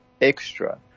extra